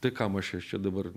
tai kam aš čia aš čia dabar